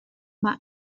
mae